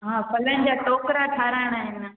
हा फलनि जा टोकिरा ठाहिराइणा आहिनि